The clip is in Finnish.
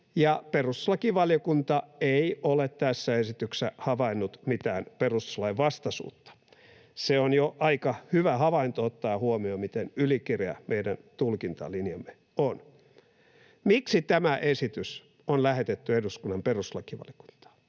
perustuslakivaliokunta ei ole tässä esityksessä havainnut mitään perustuslainvastaisuutta. Se on jo aika hyvä havainto ottaen huomioon, miten ylikireä meidän tulkintalinjamme on. Miksi tämä esitys on lähetetty eduskunnan perustuslakivaliokuntaan?